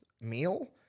meal